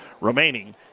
remaining